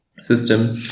system